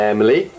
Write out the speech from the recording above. Emily